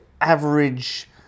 average